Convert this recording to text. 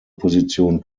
position